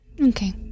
Okay